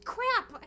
Crap